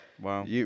wow